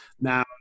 Now